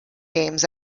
games